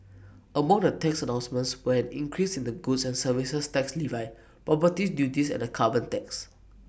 among the tax announcements were an increase in the goods and services tax levy property duties and A carbon tax